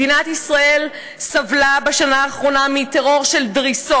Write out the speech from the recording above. מדינת ישראל סבלה בשנה האחרונה מטרור של דריסות,